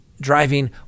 driving